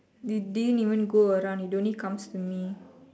it didn't even go around it only comes to me